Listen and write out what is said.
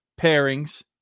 pairings